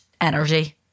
energy